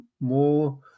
more